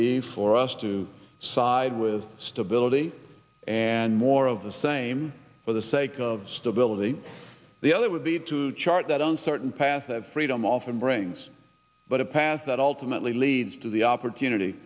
be for us to side with stability and more of the same for the sake of stability the other would be to chart that uncertain path of freedom often brings but a path that ultimately leads to the opportunity